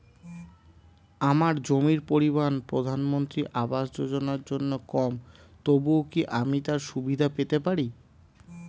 আমার জমির পরিমাণ প্রধানমন্ত্রী আবাস যোজনার জন্য কম তবুও কি আমি তার সুবিধা পেতে পারি?